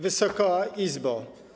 Wysoka Izbo!